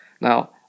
Now